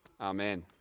Amen